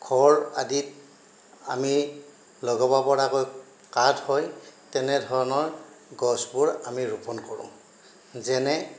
ঘৰ আদিত আমি লগাব পৰাকৈ কাঠ হয় তেনেধৰণৰ গছবোৰ আমি ৰোপণ কৰোঁ যেনে